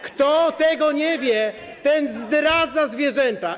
Kto tego nie wie, ten zdradza zwierzęta.